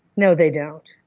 no they don't,